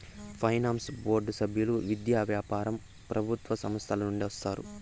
finance board సభ్యులు విద్య, వ్యాపారం ప్రభుత్వ సంస్థల నుండి వస్తారు